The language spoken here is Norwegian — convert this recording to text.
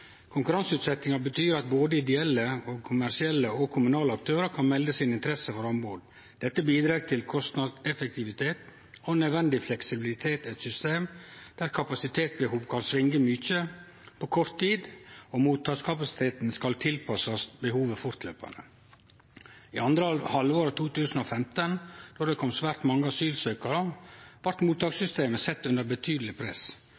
Konkurranseutsetjiinga betyr at både ideelle, kommersielle og kommunale aktørar kan melde si interesse for anbod. Dette bidreg til kostnadseffektivitet og nødvendig fleksibilitet i eit system der kapasitetsbehovet kan svinge mykje på kort tid, og mottakskapasiteten skal tilpassast behovet fortløpande. I andre halvår 2015, då det kom svært mange asylsøkjarar, blei mottakssystemet sett under betydeleg press.